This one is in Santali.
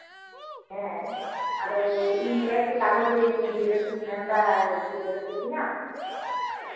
ᱦᱮᱸ ᱟᱫᱚ ᱤᱧ ᱠᱚᱭᱮᱠᱴᱤ ᱠᱟᱜᱚᱡᱽ ᱤᱧ ᱡᱮᱨᱚᱠᱥ ᱤᱧ ᱢᱮᱱᱫᱟ ᱡᱮ ᱡᱮᱨᱚᱠᱥ ᱠᱟᱛᱤᱧᱟᱢ